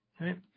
right